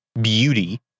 beauty